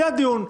זה הדיון.